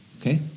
okay